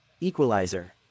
Equalizer